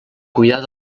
cuidar